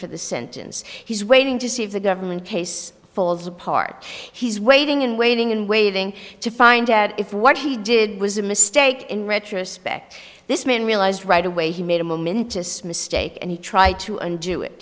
for the sentence he's waiting to see if the government case falls apart he's waiting and waiting and waiting to find out if what he did was a mistake in retrospect this man realized right away he made a momentous mistake and he try to undo it